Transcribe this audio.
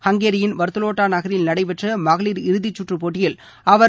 ஹங்கேரியின் வர்த்தலோட்டா நகரில் நடைபெற்ற மகளிர் இறுதி குற்று போட்டியில் அவர்